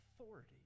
authority